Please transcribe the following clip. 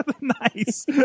Nice